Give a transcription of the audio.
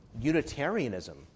Unitarianism